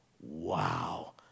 Wow